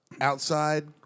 outside